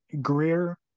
Greer